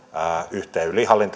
yhteen